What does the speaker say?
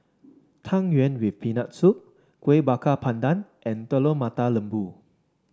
Tang Yuen with Peanut Soup Kuih Bakar Pandan and Telur Mata Lembu